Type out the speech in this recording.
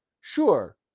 Sure